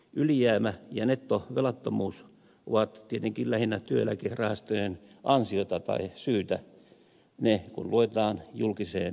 ylijäämä ja nettovelattomuus ovat tietenkin lähinnä työeläkerahastojen ansiota tai syytä ne kun luetaan julkiseen sektoriin